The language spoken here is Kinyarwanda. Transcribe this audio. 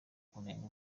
kunenga